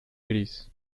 gris